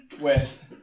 West